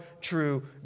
true